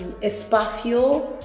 espacio